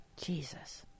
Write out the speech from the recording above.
Jesus